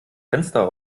fenster